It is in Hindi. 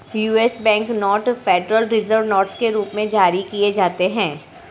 US bank note federal reserve notes के रूप में जारी किए जाते हैं